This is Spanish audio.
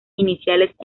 iniciales